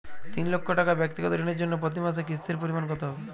তিন লক্ষ টাকা ব্যাক্তিগত ঋণের জন্য প্রতি মাসে কিস্তির পরিমাণ কত হবে?